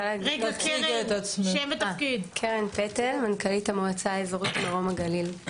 אני מנכ"לית המועצה האזורית מרום הגליל.